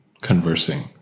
conversing